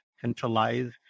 centralize